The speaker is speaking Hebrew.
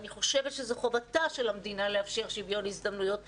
אני חושבת שזו חובתה של המדינה לאפשר שוויון הזדמנויות בחינוך,